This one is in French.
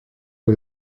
que